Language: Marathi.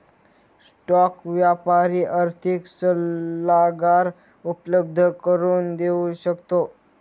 स्टॉक व्यापारी आर्थिक सल्लागार उपलब्ध करून देऊ शकतो